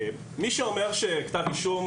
מי שאומר שכתב אישום,